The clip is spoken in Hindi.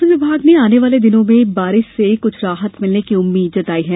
मौसम विभाग ने आने वाले दिनों में बारिश से कुछ राहत भिलने की उम्मीद जताई है